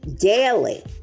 daily